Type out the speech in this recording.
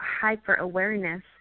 hyper-awareness